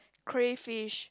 crayfish